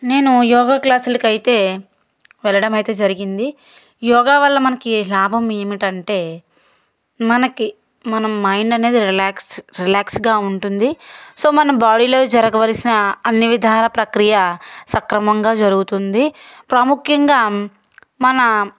నేను యోగా క్లాసులకు అయితే వెళ్ళడం అయితే జరిగింది యోగా వల్ల మనకి లాభం ఏమిటి అంటే మనకి మన మైండ్ అనేది రిలాక్స్ రిలాక్స్గా ఉంటుంది సో మన బాడీలో జరగవలసిన అన్ని విధానాల ప్రక్రియ సక్రమంగా జరుగుతుంది ప్రాముఖ్యంగా మన